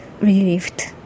relieved